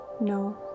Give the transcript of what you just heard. No